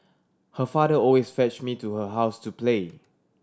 her father always fetch me to her house to play